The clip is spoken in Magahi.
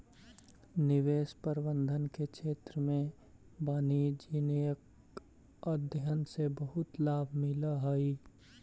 निवेश प्रबंधन के क्षेत्र में वाणिज्यिक अध्ययन से बहुत लाभ मिलऽ हई